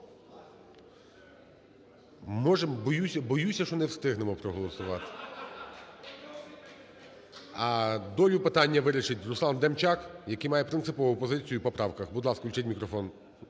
Боюся, що не встигнемо проголосувати. А долю питання вирішить Руслан Демчак, який має принципову позицію по правках. Будь ласка, включіть мікрофон.